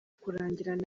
kurangirana